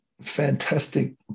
fantastic